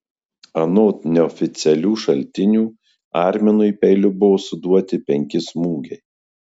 anot neoficialių šaltinių arminui peiliu buvo suduoti penki smūgiai